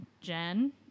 Jen